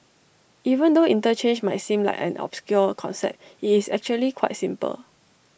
even though interchange might seem like an obscure concept IT is actually quite simple